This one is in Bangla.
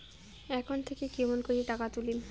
একাউন্ট থাকি কেমন করি টাকা তুলিম?